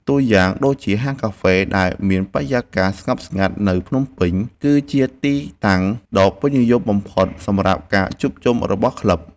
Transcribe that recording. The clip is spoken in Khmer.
តួយ៉ាងដូចជា ហាងកាហ្វេដែលមានបរិយាកាសស្ងប់ស្ងាត់នៅភ្នំពេញ គឺជាទីតាំងដ៏ពេញនិយមបំផុតសម្រាប់ការជួបជុំរបស់ក្លឹប។